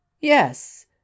yes